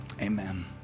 amen